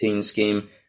scheme